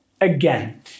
Again